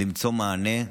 למצוא מענה,